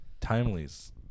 Timely's